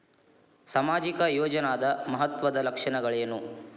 ಸಾಮಾಜಿಕ ಯೋಜನಾದ ಮಹತ್ವದ್ದ ಲಕ್ಷಣಗಳೇನು?